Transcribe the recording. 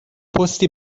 پستی